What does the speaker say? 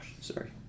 sorry